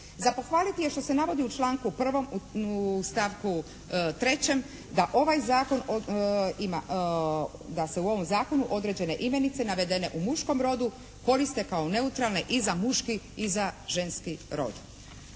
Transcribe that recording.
Za pohvaliti je što se navodi u članku 1. u stavku 3. da ovaj zakon ima, da se u ovom zakonu određen imenice navedene u muškom rodu koriste kao neutralne i za muški i za ženski rod.